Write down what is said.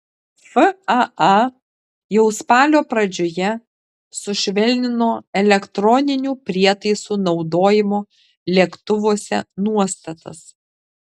faa jau spalio pradžioje sušvelnino elektroninių prietaisų naudojimo lėktuvuose nuostatas